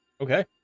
Okay